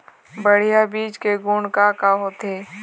बढ़िया बीज के गुण का का होथे?